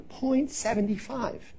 0.75